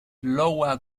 iowa